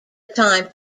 time